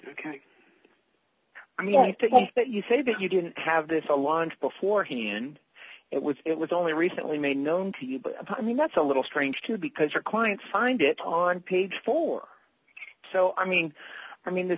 mean i think that you say that you didn't have this alliance beforehand it was it was only recently made known to you but i mean that's a little strange too because your client find it on page four so i mean i mean this